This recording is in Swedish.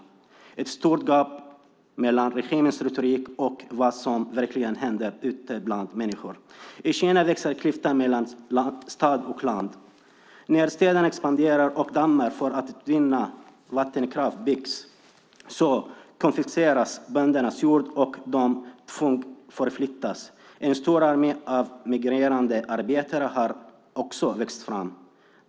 Det finns ett stort gap mellan regimens retorik och vad som verkligen händer ute bland människor. I Kina växer klyftan mellan stad och land. När städerna expanderar och dammar byggs för utvinning av vattenkraft konfiskeras böndernas jord och de tvångsförflyttas. En stor armé av migrerande arbetare har också växt fram.